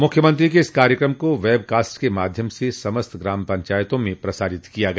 मुख्यमंत्री के इस कार्यकम को वेबकास्ट के माध्यम से समस्त ग्राम पंचायतों में प्रसारित किया गया